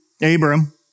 Abraham